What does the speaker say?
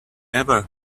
ever